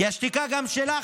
כי השתיקה, גם שלך,